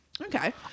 Okay